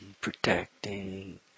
protecting